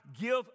give